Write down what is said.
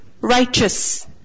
righteous